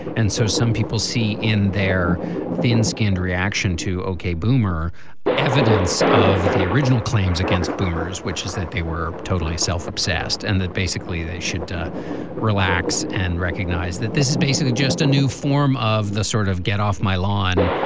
and so some people see in their thin skinned reaction to boomer evidence of the original claims against boomers which is that they were totally self obsessed and that basically they should relax and recognize that this is basically just a new form of the sort of get off my lawn